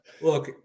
look